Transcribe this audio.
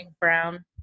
Brown